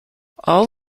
all